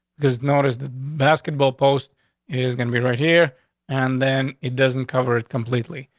because notice that basketball post is gonna be right here and then it doesn't cover it completely,